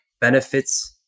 benefits